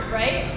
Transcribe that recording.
right